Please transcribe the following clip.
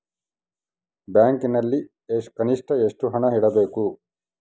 ಬ್ಯಾಂಕಿನಲ್ಲಿ ಕನಿಷ್ಟ ಎಷ್ಟು ಹಣ ಇಡಬೇಕು?